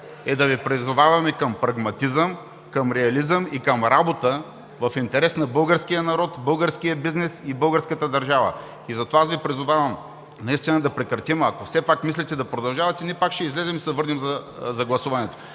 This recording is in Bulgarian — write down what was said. е да Ви призоваваме към прагматизъм, към реализъм и към работа в интерес на българския народ, българския бизнес и българската държава. Призовавам Ви да прекратим. Ако все пак мислите да продължавате, ние пак ще излезем и ще се върнем за гласуването.